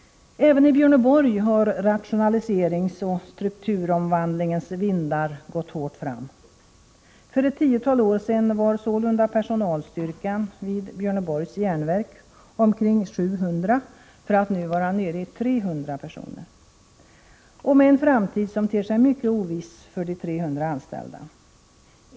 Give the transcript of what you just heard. Även i Björneborg har rationaliseringens och strukturomvandlingens vindar gått hårt fram. För ett tiotal år sedan var sålunda personalstyrkan vid Björneborgs Jernverks AB omkring 700, för att nu vara nere i 300 personer — och framtiden ter sig mycket oviss för de 300 anställda.